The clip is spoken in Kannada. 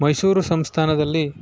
ಮೈಸೂರು ಸಂಸ್ಥಾನದಲ್ಲಿ